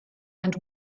and